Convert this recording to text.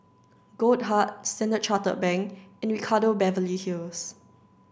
Goldheart Standard Chartered Bank and Ricardo Beverly Hills